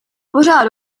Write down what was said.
pořád